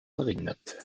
verringert